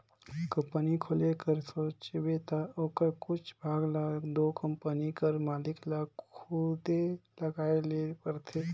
company खोले कर सोचबे ता ओकर कुछु भाग ल दो कंपनी कर मालिक ल खुदे लगाए ले परथे